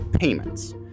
payments